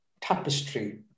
tapestry